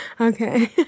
Okay